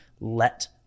let